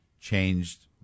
changed